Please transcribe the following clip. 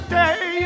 day